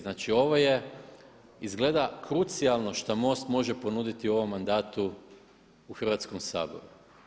Znači ovo je izgleda krucijalno što MOST može ponuditi u ovom mandatu u Hrvatskom saboru.